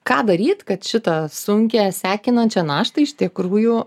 ką daryt kad šitą sunkią sekinančią naštą iš tikrųjų